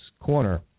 corner